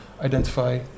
identify